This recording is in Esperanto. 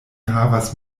havas